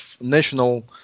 national